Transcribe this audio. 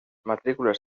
matrícules